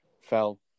fell